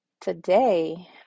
Today